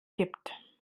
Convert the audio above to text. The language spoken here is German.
gibt